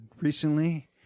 recently